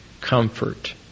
comfort